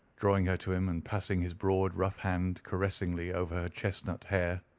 drawing her to him, and passing his broad, rough hand caressingly over chestnut hair.